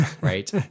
right